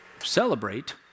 celebrate